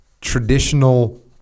traditional